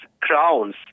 crowns